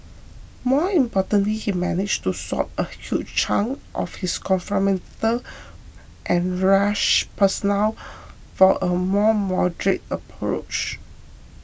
more importantly he managed to swap a huge chunk of his confrontational and rash persona for a more moderate approach